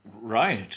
Right